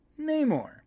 Namor